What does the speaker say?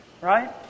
Right